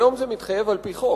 היום זה מתחייב על-פי חוק.